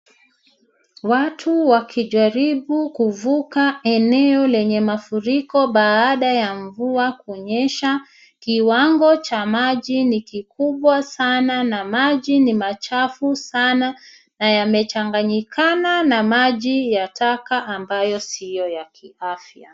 Watu wakijaribu kuvuka eneo lenye mafuriko baada ya mvua kunyesha. Kiwango cha maji ni kikubwa sana na maji ni machafu sana, na yamechanganyikana na maji ya taka ambayo siyo ya kiafya.